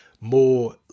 more